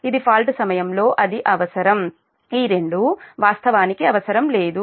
ఇది ఫాల్ట్ సమయంలో అది అవసరం ఈ రెండు వాస్తవానికి అవసరం లేదు